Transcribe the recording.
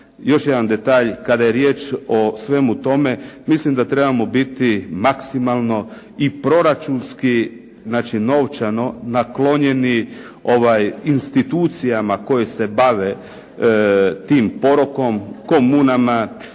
još jedan detalj. Kada je riječ o svemu tome, mislim da trebamo biti maksimalno i proračunski, znači novčano naklonjeni institucijama koje se bave tim porokom, komunama,